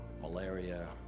malaria